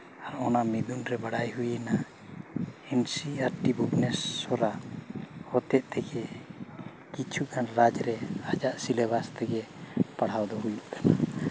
ᱟᱨ ᱚᱱᱟ ᱢᱤᱫᱩᱱ ᱨᱮ ᱵᱟᱲᱟᱭ ᱦᱩᱭᱱᱟ N C R T Bhubaneswar ᱟᱜ ᱦᱚᱛᱮᱡ ᱛᱮᱜᱮ ᱠᱤᱪᱷᱩᱜᱟᱱ ᱨᱟᱡᱽ ᱨᱮ ᱟᱡᱟᱜ ᱥᱤᱞᱮᱵᱟᱥ ᱛᱮᱜᱮ ᱯᱟᱲᱦᱟᱣ ᱫᱚ ᱦᱩᱭᱩᱜ ᱠᱟᱱᱟ